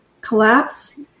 collapse